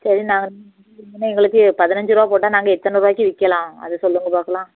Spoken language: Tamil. சரி நான் இனிமேல் எங்களுக்கு பதினஞ்சு ரூபா போட்டால் நாங்கள் எத்தனை ரூபாக்கி விற்கலாம் அதை சொல்லுங்கள் பாக்கலாம்